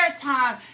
time